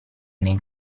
nei